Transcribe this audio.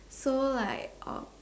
so like uh